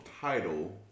title